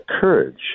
courage